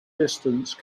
distance